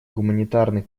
гуманитарных